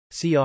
CR